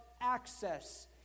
access